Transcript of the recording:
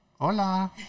Hola